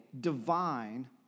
divine